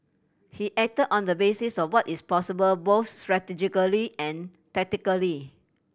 he acted on the basis of what is possible both strategically and tactically